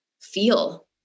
feel